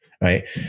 right